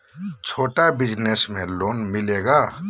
छोटा बिजनस में लोन मिलेगा?